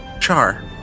Char